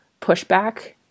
pushback